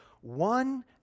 One